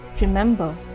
Remember